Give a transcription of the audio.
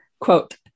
Quote